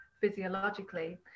physiologically